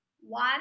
One